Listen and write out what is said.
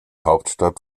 hauptstadt